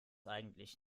eigentlich